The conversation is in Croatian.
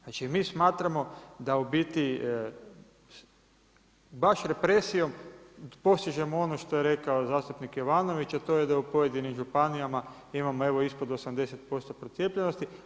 Znači, mi smatramo da u biti baš represijom postižemo ono što je rekao zastupnik Jovanović, a to je da u pojedinim županijama imamo evo ispod 80% procijepljenosti.